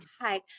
hi